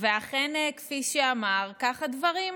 אכן, כפי שהוא אמר, כך הדברים.